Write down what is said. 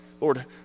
Lord